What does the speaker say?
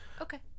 Okay